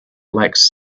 lacks